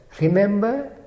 remember